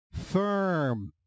Firm